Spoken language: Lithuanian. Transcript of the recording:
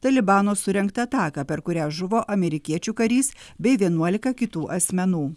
talibano surengtą ataką per kurią žuvo amerikiečių karys bei vienuolika kitų asmenų